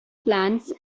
plants